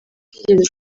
kigeze